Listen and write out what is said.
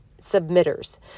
submitters